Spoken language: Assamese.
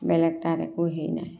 বেলেগ তাত একো হেৰি নাই